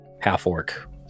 half-orc